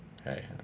Okay